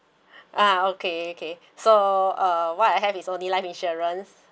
ah okay okay so uh what I have is only life insurance